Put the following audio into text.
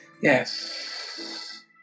Yes